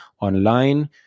online